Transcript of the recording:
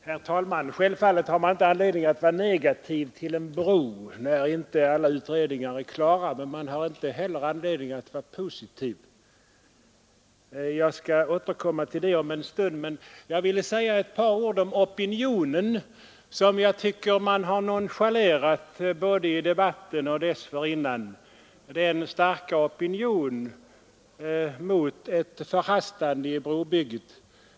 Herr talman! Man har självklart inte anledning att vara negativ till en bro när inte alla utredningarna är klara. Men man har heller inte anledning att vara positiv. Jag skall återkomma till det om en stund. Jag vill säga ett par ord om opinionen som jag tycker man har nonchalerat både här i debatten och dessförinnan, den starka opinionen mot ett förhastande i brobygget.